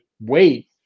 wait